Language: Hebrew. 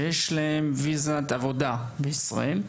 שיש להם ויזת עבודה בישראל,